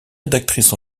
rédactrice